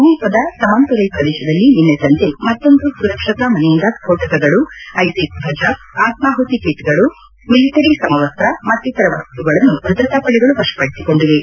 ಸಮೀಪದ ಸಮಂತುರ್ನೆ ಪ್ರದೇಶದಲ್ಲಿ ನಿನ್ನೆ ಸಂಜೆ ಮತ್ತೊಂದು ಸುರಕ್ಷಿತಾ ಮನೆಯಿಂದ ಸ್ಫೋಟಕಗಳು ಐಸಿಸ್ ಧ್ವಜ ಆತ್ನಾಹುತಿ ಕಿಟ್ಗಳು ಮಿಲಿಟರಿ ಸಮವಸ್ತ ಮತ್ತಿತರ ವಸ್ತುಗಳನ್ನು ಭದ್ರತಾಪಡೆಗಳು ವಶಪಡಿಸಿಕೊಂಡಿವೆ